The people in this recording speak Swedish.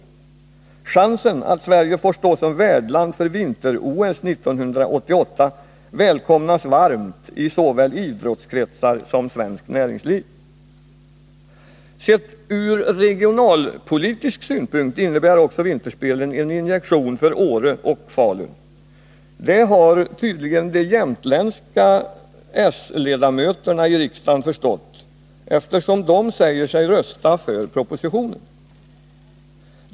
De framhöll vidare: ”Chansen att Sverige får stå som värdland för vinter-OS 1988 välkomnas varmt i såväl idrottskretsar som svenskt näringsliv.” Sett ur regionalpolitisk synpunkt innebär också vinterspelen en injektion för Åre och Falun — det har tydligen de jämtländska s-ledamöterna i riksdagen förstått, eftersom de säger sig rösta för propositionen.